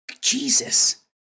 Jesus